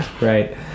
Right